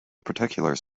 particulars